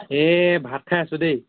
এই ভাত খাই আছোঁ দেই